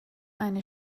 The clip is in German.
eine